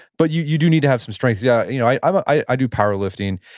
but you you do need to have some strength. yeah you know i i do power lifting,